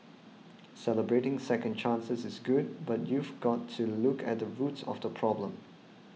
celebrating second chances is good but you've got to look at the root of the problem